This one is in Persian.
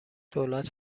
دولت